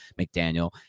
McDaniel